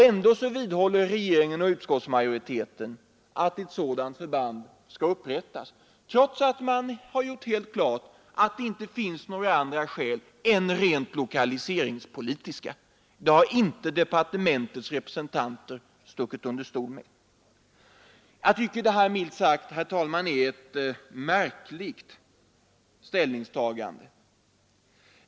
Ändå vidhåller regeringen och utskottsmajoriteten att ett sådant förband skall upprättas, trots att man har gjort helt klart att det inte finns några andra skäl än rent lokaliseringspolitiska — det har inte departementets representanter stuckit under stol med. Jag tycker, herr talman, att detta milt sagt är ett märkligt ställningstagande.